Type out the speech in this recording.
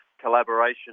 Collaboration